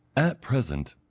at present,